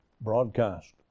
broadcast